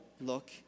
look